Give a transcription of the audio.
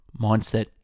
mindset